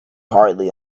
hardly